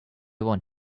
want